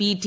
P T